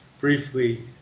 briefly